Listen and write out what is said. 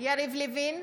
יריב לוין,